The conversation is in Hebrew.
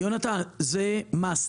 יונתן, זה must.